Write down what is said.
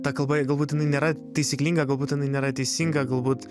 ta kalba galbūt jinai nėra taisyklinga galbūt jinai nėra teisinga galbūt